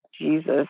Jesus